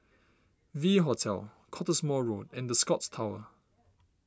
V Hotel Cottesmore Road and the Scotts Tower